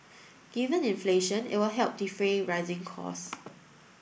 given inflation it will help defray rising costs